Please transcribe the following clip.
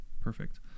Perfect